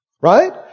Right